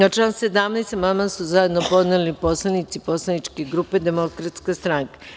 Na član 17. amandman su zajedno podneli poslanici Poslaničke grupe Demokratska stranka.